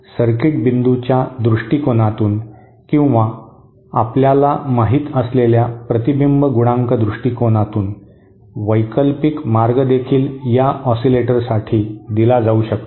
circuit बिंदूच्या दृष्टीकोनातून किंवा आपल्याला माहित असलेल्या प्रतिबिंब गुणांक दृष्टीकोनातून वैकल्पिक मार्ग देखील या ऑसिलेटरसाठी दिला जाऊ शकतो